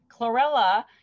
chlorella